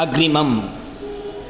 अग्रिमम्